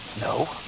No